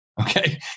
Okay